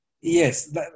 yes